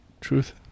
Truth